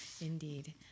indeed